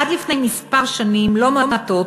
עד לפני שנים לא מעטות